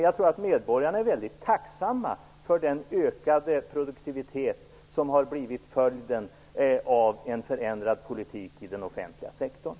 Jag tror att medborgarna är väldigt tacksamma för den ökade produktivitet som har blivit följden av en förändrad politik i den offentliga sektorn.